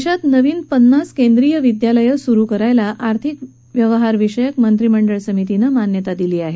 देशात नवी पन्नास केंद्रीय विद्यालयं सुरु करायला आर्थिक व्यवहार विषयक मंत्रिमंडळ समितीनं मान्यता दिली आहे